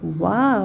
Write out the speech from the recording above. Wow